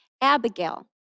Abigail